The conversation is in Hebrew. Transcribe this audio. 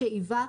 שאיבה,